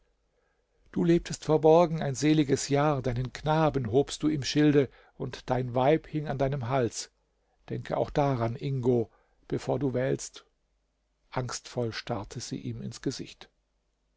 du lebtest verborgen ein seliges jahr deinen knaben hobst du im schilde und dein weib hing an deinem hals denke auch daran ingo bevor du wählst angstvoll starrte sie ihm ins gesicht